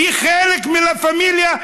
והיא חלק מלה פמיליה,